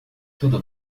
tudo